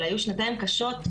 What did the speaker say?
הן היו שנתיים קשות,